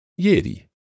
ieri